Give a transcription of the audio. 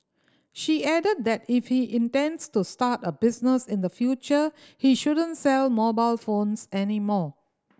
she added that if he intends to start a business in the future he shouldn't sell mobile phones any more